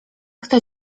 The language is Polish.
kto